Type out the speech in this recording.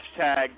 hashtag